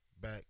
Back